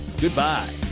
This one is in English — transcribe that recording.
Goodbye